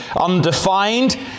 undefined